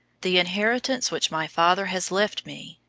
the inheritance which my father has left me,